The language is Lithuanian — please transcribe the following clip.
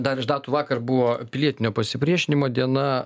dar iš datų vakar buvo pilietinio pasipriešinimo diena